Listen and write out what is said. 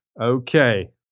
Okay